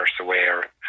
aware